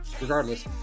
Regardless